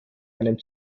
einem